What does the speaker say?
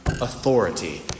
authority